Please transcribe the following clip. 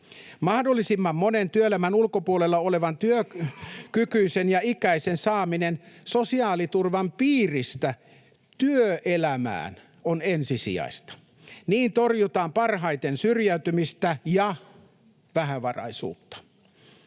Mahdollisimman monen työelämän ulkopuolella olevan työkykyisen ja -ikäisen saaminen sosiaaliturvan piiristä työelämään on ensisijaista. Niin torjutaan parhaiten syrjäytymistä ja vähävaraisuutta.